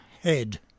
head